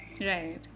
Right